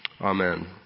Amen